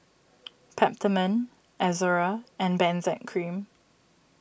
Peptamen Ezerra and Benzac Cream